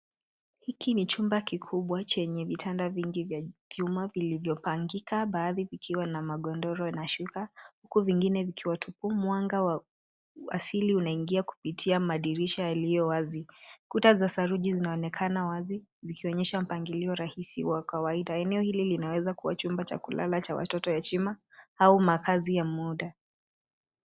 Hiki ni chumba kikubwa chenye vitanda vingi vya vyuma vilivyopangika, baadhi vikiwa na magodoro na shuka, huku vingine vikiwa tupu. Mwanga wa asili unaingia kupitia madirisha yaliyowazi. Kuta za saruji zinaonekana wazi, zikionyesha mpangilio rahisi wa kawaida. Eneo hili linaweza kuwa chumba cha kulala cha watoto yatima au makazi ya muda.